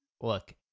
look